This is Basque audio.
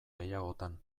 gehiagotan